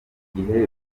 gihe